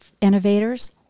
innovators